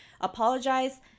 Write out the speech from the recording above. apologize